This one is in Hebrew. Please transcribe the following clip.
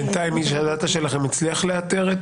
בינתיים איש הדאטא שלכם הצליח לאתר את